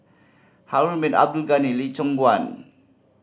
Harun Bin Abdul Ghani Lee Choon Guan